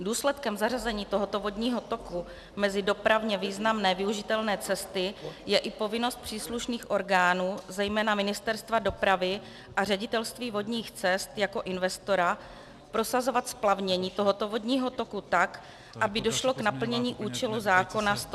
Důsledkem zařazení tohoto vodního toku mezi dopravně významné využitelné cesty je i povinnost příslušných orgánů, zejména Ministerstva dopravy a Ředitelství vodních cest jako investora, prosazovat splavnění tohoto vodního toku tak, aby došlo k naplnění účelu zákona č. 114/1995 Sb.